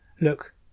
Look